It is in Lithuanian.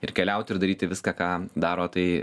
ir keliauti ir daryti viską ką daro tai